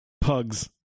pugs